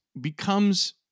becomes